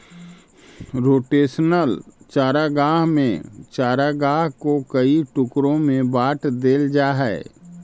rotational चारागाह में चारागाह को कई टुकड़ों में बांट देल जा हई